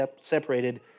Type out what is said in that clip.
separated